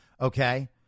Okay